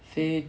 飞